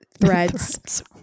threads